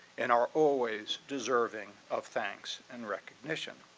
and are always deserving of thanks and recognition.